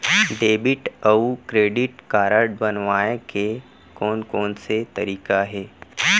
Debit अऊ credit card बनवाए के कोन कोन से तरीका हे?